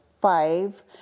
five